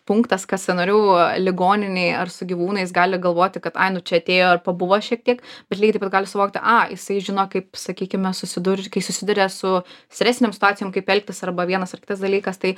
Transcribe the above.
punktas kad savanoriavau ligoninėj ar su gyvūnais gali galvoti kad ai nu čia atėjo ir pabuvo šiek tiek bet lygiai taip pat gali suvokti aaa jisai žino kaip sakykime susidur kai susiduria su stresinėm situacijom kaip elgtis arba vienas ar kitas dalykas tai